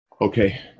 Okay